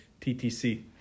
TTC